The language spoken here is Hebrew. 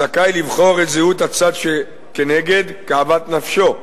זכאי לבחור את זהות הצד שכנגד כאוות נפשו.